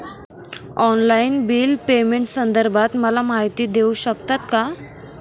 Online bill पेमेंटसंदर्भात मला माहिती देऊ शकतात का?